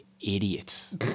idiots